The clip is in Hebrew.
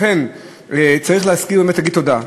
לכן, צריך להזכיר באמת, להגיד תודה.